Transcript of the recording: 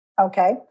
Okay